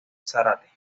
zárate